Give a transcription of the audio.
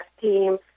team